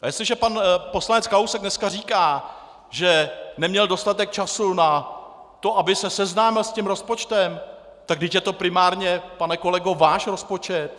A jestliže pan poslanec Kalousek dneska říká, že neměl dostatek času na to, aby se seznámil s tím rozpočtem, tak vždyť je to primárně, pane kolego, váš rozpočet!